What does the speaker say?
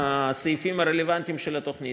בסעיפים הרלוונטיים של התוכנית,